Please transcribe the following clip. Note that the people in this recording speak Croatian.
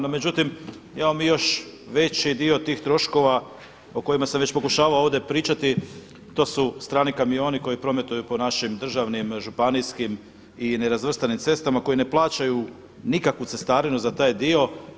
No međutim, imamo mi još veći dio tih troškova o kojima sam već pokušavao ovdje pričati to su strani kamioni koji prometuju po našim državnim, županijskim i nerazvrstanim cestama koji ne plaćaju nikakvu cestarinu za taj dio.